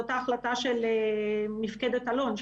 מפקדת אלון,